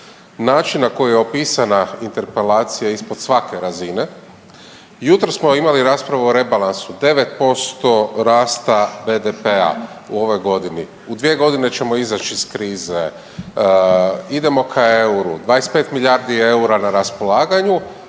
način na koji je opisana interpelacija ispod svake razine. Jutros smo imali raspravu o rebalansu 9% rasta BDP-a u ovoj godini, u 2 godine ćemo izaći iz krize, idemo ka EUR-u, 25 milijardi EUR-a na raspolaganju,